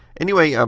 anyway, yeah